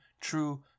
true